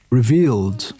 revealed